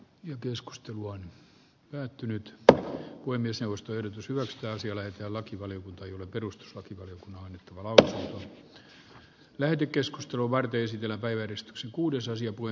jo muutakin minä ajattelin vaan ihan psykologisesti että tässä meidänkin asiassamme vaikka tämä on pientäkin voisi myös seurata samaa esimerkkiä